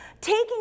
taking